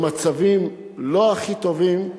במצבים לא הכי טובים,